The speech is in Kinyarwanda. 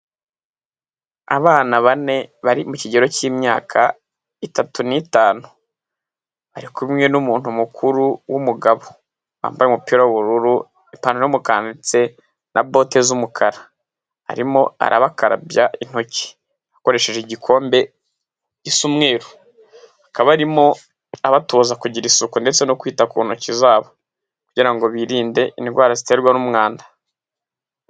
Abana bane bari mu kigero cy'imyaka itatu n'itanu, bari kumwe n'umuntu mukuru w'umugabo, wambaye umupira w'ubururu, ipantaro y'umukara ndetse na bote z'umukara, arimo arabakarabya intoki, akoresheje igikombe gisa umweru, akaba arimo abatoza kugira isuku ndetse no kwita ku ntoki zabo, kugira ngo birinde indwara ziterwa n'umwanda.